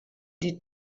die